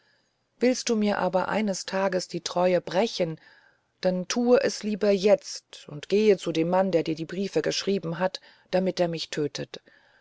willst du mir aber eines tages die treue brechen dann tue es lieber jetzt und gehe zu dem mann der die briefe geschrieben hat damit er mich tötet